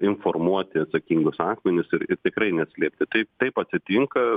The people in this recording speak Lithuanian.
informuoti atsakingus asmenis ir ir tikrai neslėpti tai taip atsitinka